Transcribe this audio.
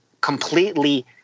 completely